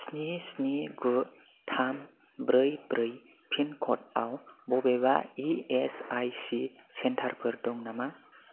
स्नि स्नि गु थाम ब्रै ब्रै पिनक'डआव बबेबा इ एस आइ सि सेन्टारफोर दं नामा